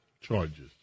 charges